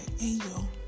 Angel